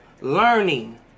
Learning